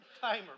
Timer